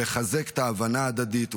לחזק את ההבנה ההדדית,